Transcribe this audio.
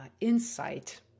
insight